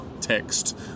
Text